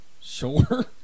Sure